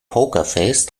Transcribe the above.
pokerface